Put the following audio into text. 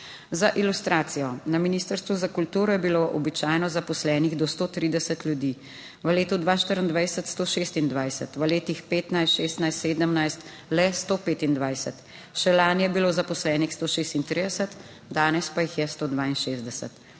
Za ilustracijo, na ministrstvu za kulturo je bilo običajno zaposlenih do 130 ljudi, v letu 2024 126, v letih 2015, 2016, 2017 le 125, še lani je bilo zaposlenih 136, danes pa jih je 162,